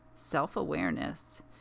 Self-awareness